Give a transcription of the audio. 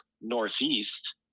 Northeast